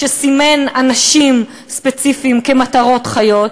שסימן אנשים ספציפיים כמטרות חיות,